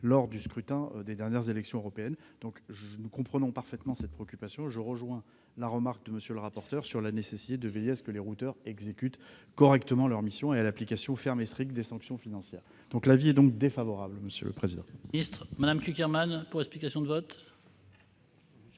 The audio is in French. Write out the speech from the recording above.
lors des dernières élections européennes. Nous comprenons parfaitement votre préoccupation, mais je rejoins la remarque de M. le rapporteur sur la nécessité de veiller à ce que les routeurs exécutent correctement leur mission et à l'application ferme et stricte des sanctions financières. L'avis est défavorable. La parole est